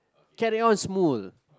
carry on Smoo